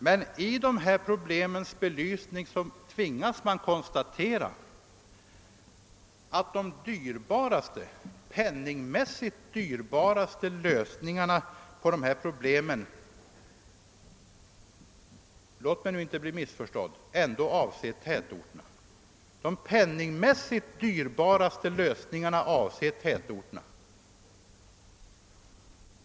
Vid problemens belysning tvingas man emellertid konstatera att de penningmässigt dyrbaraste lösningarna på dessa problem — låt mig nu inte bli missförstådd! — avser tätorterna.